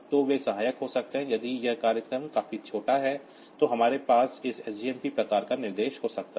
तो वे सहायक हो सकते हैं यदि यह प्रोग्राम काफी छोटा है तो हमारे पास इस सजमप प्रकार का निर्देश हो सकता है